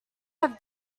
have